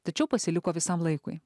tačiau pasiliko visam laikui